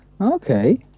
Okay